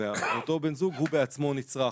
ואותו בן זוג הוא בעצמו נצרך